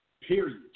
Period